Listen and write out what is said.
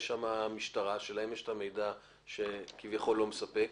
יש שם את המשטרה שלה יש את המידע שכביכול לא מספק,